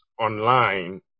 online